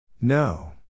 No